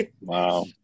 wow